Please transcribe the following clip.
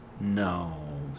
No